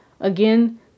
Again